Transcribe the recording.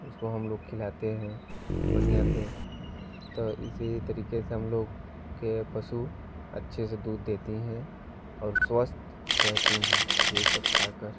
उसको हम लोग खिलाते है बढ़िया से तो इसी तरीके से हम लोग के पशु अच्छे से दूध देती है और स्वस्थ रहती है यही सब खाकर